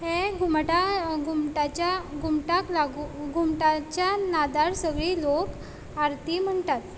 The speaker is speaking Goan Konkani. हे घुमटा घुमटाच्या घुमटाक लागून घुमटाच्या नादार सगळीं लोक आरती म्हणटात